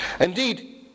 Indeed